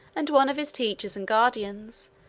and one of his teachers and guardians,